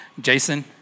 Jason